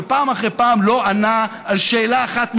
ופעם אחרי פעם לא ענה על שאלה אחת מרכזית.